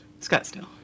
Scottsdale